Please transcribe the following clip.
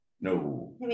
No